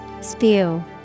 Spew